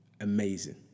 amazing